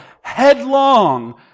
headlong